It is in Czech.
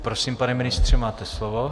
Prosím, pane ministře, máte slovo.